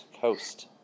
Coast